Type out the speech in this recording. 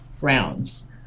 rounds